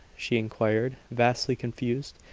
she inquired, vastly confused.